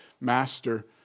master